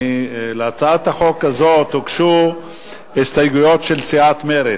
להצעת החוק הזאת הוגשו הסתייגויות של סיעת מרצ.